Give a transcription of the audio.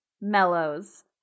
Mellows